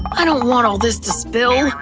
i don't want all this to spill.